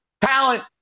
Talent